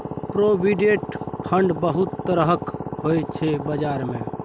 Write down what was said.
provident fund बहुत तरहक होइ छै बजार मे